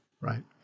right